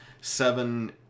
seven